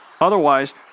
Otherwise